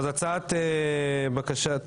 בקשת